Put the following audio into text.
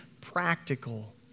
practical